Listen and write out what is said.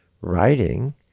writing